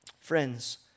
Friends